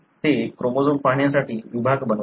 ते क्रोमोझोम पाहण्यासाठी विभाग बनवायचे